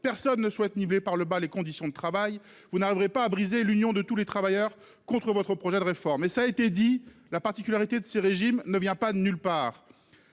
Personne ne souhaite niveler par le bas les conditions de travail. Vous ne parviendrez pas à briser l'union de tous les travailleurs contre votre projet de réforme. Cela a été dit, la particularité des régimes spéciaux ne vient pas de nulle part.